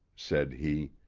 said he,